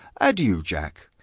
adieu, jack!